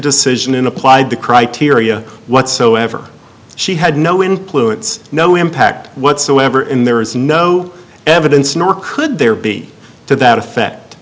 decision and applied the criteria whatsoever she had no includes no impact whatsoever and there is no evidence nor could there be to that effect